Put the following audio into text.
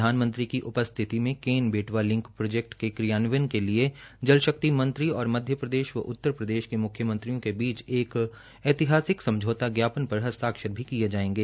प्रधानमंत्री की उपस्थिति में केन बेटवा जिलंक प्रोजेक्ट के क्रियान्वयन के लिए जल शक्ति मंत्री और मध्य प्रदेश व उत्तर प्रदेश के मुख्यमंत्रियों के बीच एक ऐतिहासिक समझौता ज्ञापन पर हस्ताक्षर भी किये जायेंगे